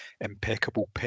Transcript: impeccable